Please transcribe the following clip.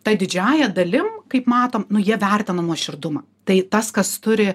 ta didžiąja dalim kaip matom nu jie vertina nuoširdumą tai tas kas turi